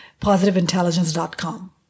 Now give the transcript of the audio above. positiveintelligence.com